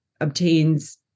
obtains